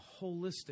holistic